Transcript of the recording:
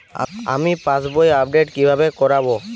আমি পাসবই আপডেট কিভাবে করাব?